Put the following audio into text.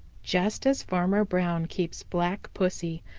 just as farmer brown keeps black pussy,